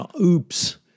oops